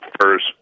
first